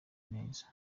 neza